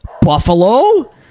Buffalo